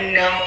no